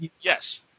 Yes